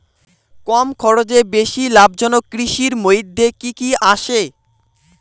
কম খরচে বেশি লাভজনক কৃষির মইধ্যে কি কি আসে?